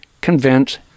convince